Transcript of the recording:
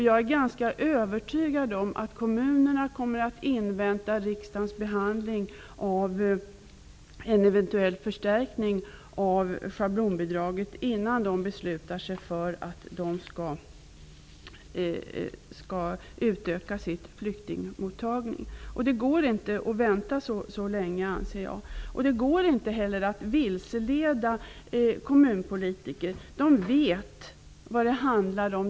Jag är ganska övertygad om att kommunerna kommer att invänta riksdagens behandling av en eventuell förstärkning av schablonbidraget innan de beslutar sig för att utöka sitt flyktingmottagande. Jag anser att det inte går att vänta så länge. Det går heller inte att vilseleda kommunpolitiker. De vet vad det handlar om.